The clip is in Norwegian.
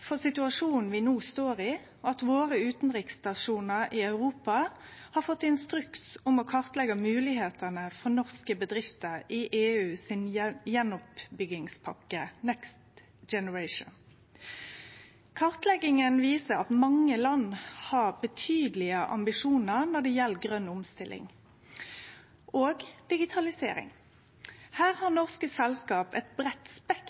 for situasjonen vi no står i, at utanriksstasjonane våre i Europa har fått instruks om å kartleggje moglegheitene for norske bedrifter i EU si gjenoppbyggingspakke Next Generation. Kartlegginga viser at mange land har betydelege ambisjonar når det gjeld grøn omstilling og digitalisering. Her har norske selskap eit breitt